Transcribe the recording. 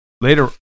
later